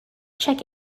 check